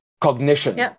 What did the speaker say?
cognition